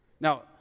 Now